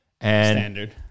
Standard